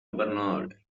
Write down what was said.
imperdonable